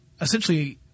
essentially –